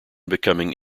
becoming